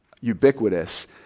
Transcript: ubiquitous